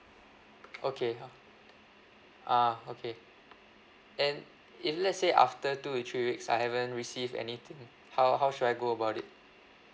okay ah okay and if let's say after two to three weeks I haven't receive anything how how should I go about it